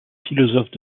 philosophes